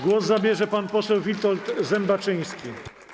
Głos zabierze pan poseł Witold Zembaczyński.